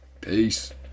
Peace